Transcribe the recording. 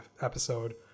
episode